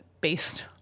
based